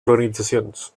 organitzacions